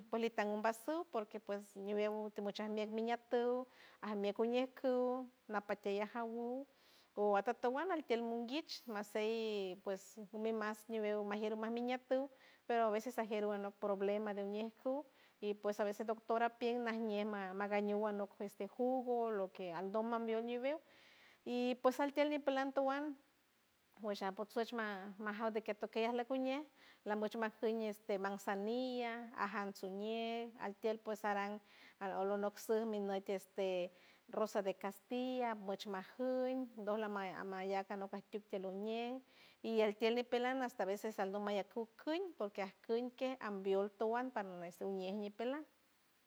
Pues litan vasu porque pues ñiweu tumuchar miat miñiat tu ajmie cuñewcu napati yajawou o a totowand altiel munguich masey pues mimas ñibeu majier mas minian tur pero a veces ajeru anok problema de uñecu y pues a veces doctora pield najñe ma magañu anok este jugo loke aldon mabion ñibeu y pues altield ñi plan towan guasha porshuxma majaw deque atokey arlok cuñew la meshma jiña este manzanilla ajam suñiej altield pues aran al olonuk suw minor tieste rosa de castilla moch majiun dolmaya amayak anok catyu tioloñe y el tield ñipelaw hasta a veces aldoma ya cucuy porque acunkey ambiold towan par nas nie ñipeland.